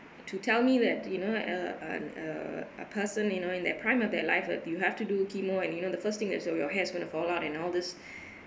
to tell me that you know uh um uh a person you know in that prime of their life that you have to do chemo~ and you know the first thing that's all your hair is going to fallout and all this